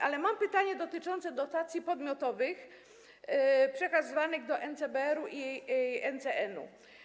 Ale mam pytanie dotyczące dotacji podmiotowych, przekazywanych do NCBR-u i NCN-u.